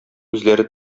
үзләре